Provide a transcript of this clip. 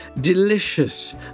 delicious